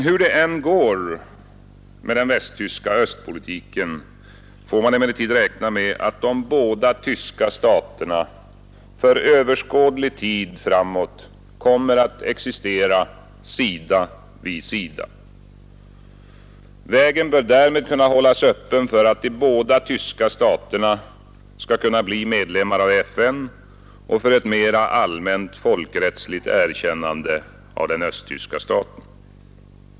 Hur det än går med den västtyska östpolitiken får man emellertid räkna med att de båda tyska staterna för överskådlig tid framåt kommer att existera sida vid sida. Vägen bör därmed kunna hållas öppen för att de båda tyska staterna skall kunna bli medlemmar av FN och för ett mera allmänt folkrättsligt erkännande av den östtyska staten.